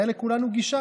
הייתה לכולנו גישה.